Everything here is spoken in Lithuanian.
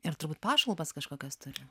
ir turbūt pašalpas kažkokias turi